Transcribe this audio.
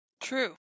True